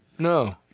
No